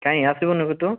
କାଇଁ ଆସିବୁନୁ କି ତୁ